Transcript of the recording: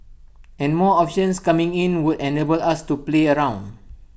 and more options coming in would enable us to play around